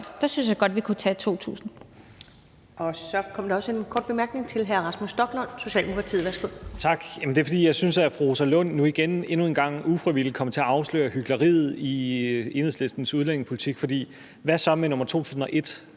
Der synes jeg godt, vi kunne tage 2.000.